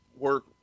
work